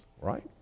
right